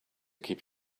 keep